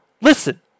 Listen